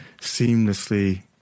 seamlessly